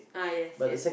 ah yes yes